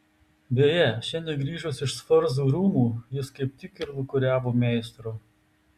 beje šiandien grįžus iš sforzų rūmų jis kaip tik ir lūkuriavo meistro